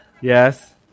Yes